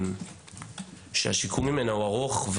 שהשיקום ממנה ארוך.